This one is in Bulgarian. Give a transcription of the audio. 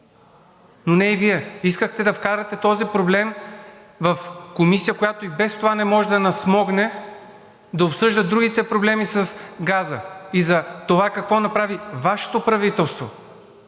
но не и Вас. Искахте да вкарате този проблем в комисия, която и без това не може да насмогне да обсъжда другите проблеми с газа и за това какво направи Вашето правителство